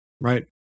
Right